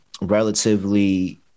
relatively –